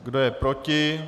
Kdo je proti?